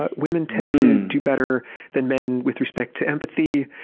ah women tend to do better than men with respect to empathy,